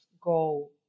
go